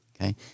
Okay